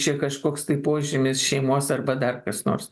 čia kažkoks tai požymis šeimos arba dar kas nors